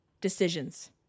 decisions